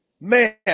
man